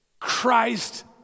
Christ